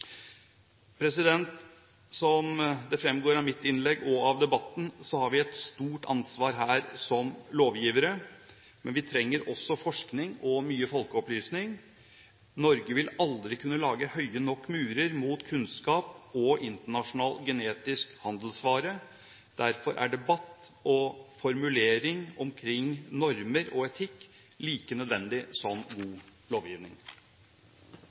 Som det fremgår av mitt innlegg og av debatten, har vi et stort ansvar her som lovgivere, men vi trenger også forskning og mye folkeopplysning. Norge vil aldri kunne lage høye nok murer mot kunnskap og internasjonal genetisk handelsvare. Derfor er debatt og formulering omkring normer og etikk like nødvendig som god lovgivning.